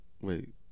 Wait